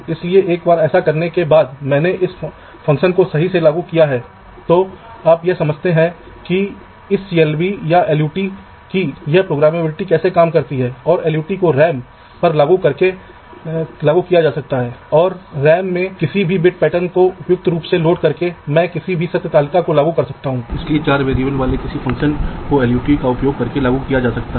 इसलिए ग्राउंड को इस तरह से रूट किया गया है जिसे आप देख सकते हैं और VDD रूट को बिंदीदार रेखा द्वारा दिखाया गया है और एक बार जब आप ऐसा कर लेते हैं तो आप इस लाइनों की मोटाई को ठीक कर सकते हैं इस लाइनों की मोटाई चौड़ाई के अनुसार सेट किया जा सकता है